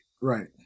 Right